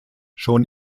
schon